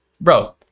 bro